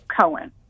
Cohen